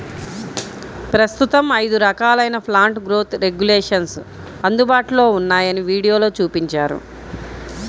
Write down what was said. ప్రస్తుతం ఐదు రకాలైన ప్లాంట్ గ్రోత్ రెగ్యులేషన్స్ అందుబాటులో ఉన్నాయని వీడియోలో చూపించారు